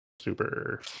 super